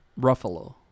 Ruffalo